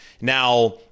Now